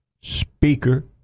speaker